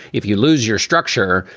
if you lose your structure,